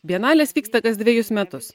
bienalės vyksta kas dvejus metus